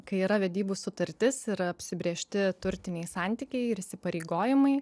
kai yra vedybų sutartis yra apsibrėžti turtiniai santykiai ir įsipareigojimai